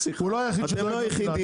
הוא לא היחיד שדואג למדינה,